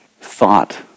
thought